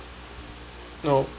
no